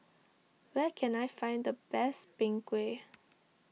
where can I find the best Png Kueh